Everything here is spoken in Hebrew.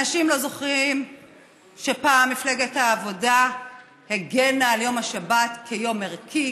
אנשים לא זוכרים שפעם מפלגת העבודה הגנה על יום השבת כיום ערכי,